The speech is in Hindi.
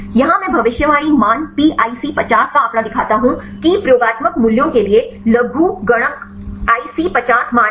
यहाँ मैं भविष्यवाणी मान pIC50 का आंकड़ा दिखाता हूं कि प्रयोगात्मक मूल्यों के लिए लघुगणक IC50 मान है